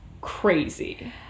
crazy